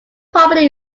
property